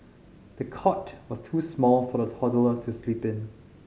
the cot was too small for the toddler to sleep in